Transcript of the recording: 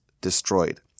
destroyed